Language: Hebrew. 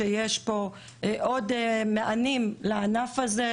אני כן יודעת שיש עוד מענים לענף הזה,